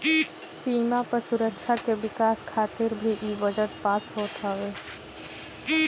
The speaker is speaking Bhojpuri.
सीमा पअ सुरक्षा के विकास खातिर भी इ बजट पास होत हवे